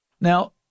Now